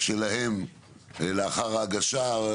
שלהם לאחר ההגשה,